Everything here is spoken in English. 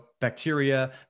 bacteria